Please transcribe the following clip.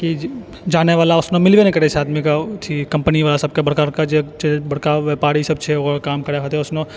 कि जानैवला ओइसनऽ मिलबै नहि करै छै आदमीके अथी कम्पनीवला सबके बड़का बड़का जे ट्रे जे बड़का व्यापारीसबऽ छै ओकर काम करै खातिर ओहिमे